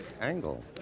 angle